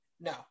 No